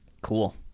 Cool